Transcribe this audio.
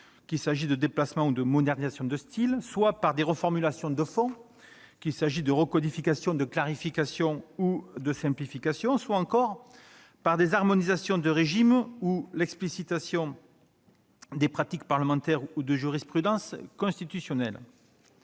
pure forme (déplacements, modernisations de style), soit par reformulations de fond (recodifications, clarifications, simplifications), soit encore par des harmonisations de régimes ou l'explicitation de pratiques parlementaires ou de jurisprudences constitutionnelles